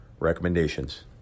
Recommendations